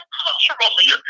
culturally